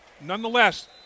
nonetheless